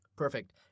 Perfect